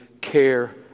care